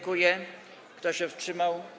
Kto się wstrzymał?